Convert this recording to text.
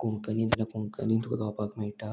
कोंकनी जाल्यार कोंकनीन तुका गावपाक मेळटा